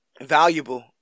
valuable